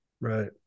Right